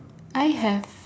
I have